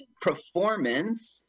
performance